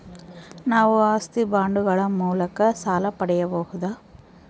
ನಾವು ಆಸ್ತಿ ಬಾಂಡುಗಳ ಮೂಲಕ ಸಾಲ ಪಡೆಯಬಹುದಾ?